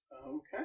Okay